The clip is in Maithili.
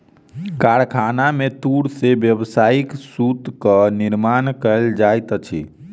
कारखाना में तूर से व्यावसायिक सूतक निर्माण कयल जाइत अछि